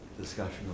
Discussion